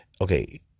Okay